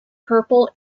purple